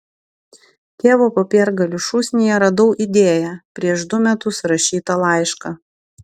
tėvo popiergalių šūsnyje radau idėją prieš du metus rašytą laišką